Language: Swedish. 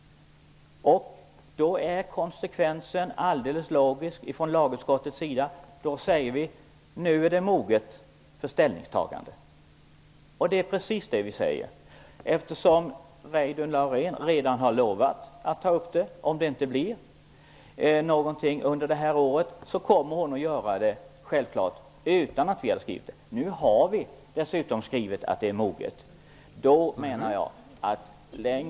Konsekvensen från lagutskottets sida är då alldeles logisk, nämligen att tiden är mogen för ett ställningstagande. Precis det säger vi i utskottet. Eftersom statsrådet Reidunn Laurén redan lovat att ta upp frågan, om det inte blir någon harmonisering under detta år, kommer hon självfallet att göra det utan att vi skrivit så. Nu har vi dessutom skrivit att tiden är mogen för ett ställningstagande till frågan.